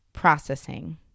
processing